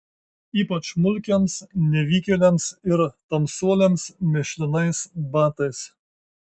ypač mulkiams nevykėliams ir tamsuoliams mėšlinais batais